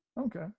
Okay